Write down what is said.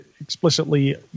explicitly